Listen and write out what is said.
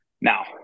Now